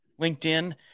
LinkedIn